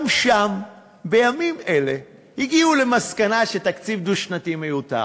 גם שם בימים אלה הגיעו למסקנה שתקציב דו-שנתי הוא מיותר.